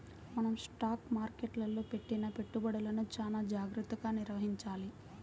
మనం స్టాక్ మార్కెట్టులో పెట్టిన పెట్టుబడులను చానా జాగర్తగా నిర్వహించాలి